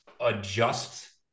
adjust